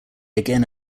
again